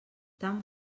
tant